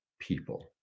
people